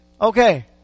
Okay